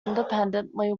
independently